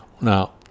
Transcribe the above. Now